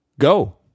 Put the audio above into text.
go